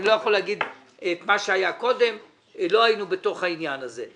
אני לא יכול לומר מה שהיה קודם כי לא היינו בעניין הזה.